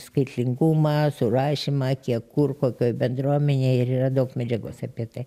skaitlingumą surašymą kiek kur kokioj bendruomenėj ir yra daug medžiagos apie tai